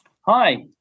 Hi